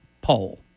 poll